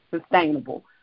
sustainable